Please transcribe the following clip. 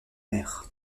mer